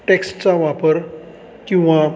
टेक्स्टचा वापर किंवा